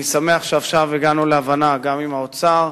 אני שמח שעכשיו הגענו להבנה גם עם האוצר,